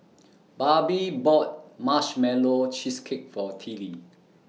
Barbie bought Marshmallow Cheesecake For Tillie